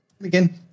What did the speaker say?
again